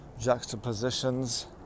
juxtapositions